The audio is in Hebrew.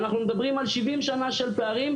ואנחנו מדברים על 70 שנים של פערים,